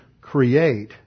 create